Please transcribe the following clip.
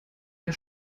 der